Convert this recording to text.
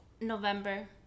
November